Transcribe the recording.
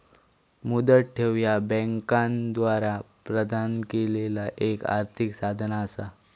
मुदत ठेव ह्या बँकांद्वारा प्रदान केलेला एक आर्थिक साधन असा